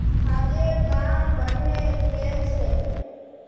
खादेर दाम बढ़े गेल छे